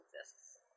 exists